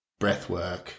breathwork